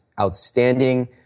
outstanding